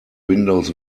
windows